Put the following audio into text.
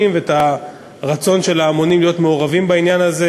ואת הרצון של ההמונים להיות מעורבים בעניין הזה,